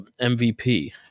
MVP